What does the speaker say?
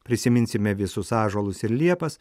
prisiminsime visus ąžuolus ir liepas